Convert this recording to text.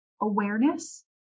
awareness